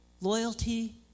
loyalty